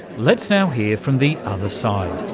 let's now hear from the other side.